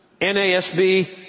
NASB